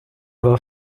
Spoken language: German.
war